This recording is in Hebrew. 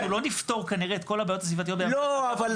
אנחנו לא נפתור כנראה את כל הבעיות הסביבתיות ביחד באותו